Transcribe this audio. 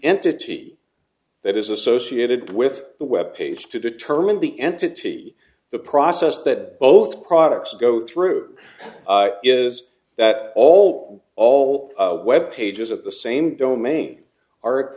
entity that is associated with the web page to determine the entity the process that both products go through is that all all web pages of the same domain ar